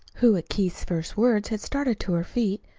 who at keith's first words, had started to her feet,